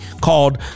called